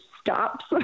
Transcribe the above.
stops